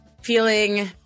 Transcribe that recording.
feeling